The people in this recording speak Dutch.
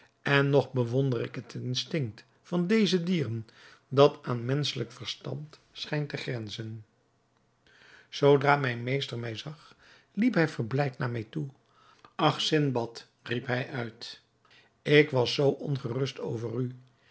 en nog bewonder ik het instinkt van deze dieren dat aan menschelijk verstand schijnt te grenzen zoodra mijn meester mij zag liep hij verblijd naar mij toe ach sindbad riep hij uit ik was zoo ongerust over u